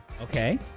Okay